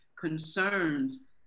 concerns